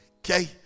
Okay